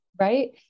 Right